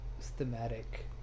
thematic